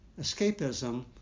escapism